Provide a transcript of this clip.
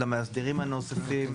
למאסדרים הנוספים,